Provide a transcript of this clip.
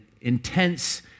intense